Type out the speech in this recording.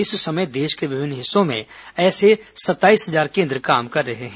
इस समय देश के विभिन्न हिस्सों में ऐसे सत्ताईस हजार केन्द्र काम कर रहे हैं